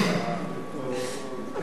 בבקשה,